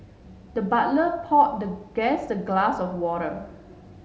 the butler pour the guest a glass of water